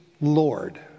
Lord